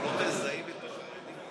לא מזהים חרדי לפי